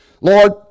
Lord